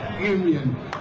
union